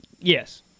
Yes